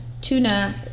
Tuna